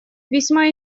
весьма